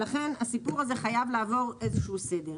לכן, הסיפור הזה חייב לעבור איזשהו סדר.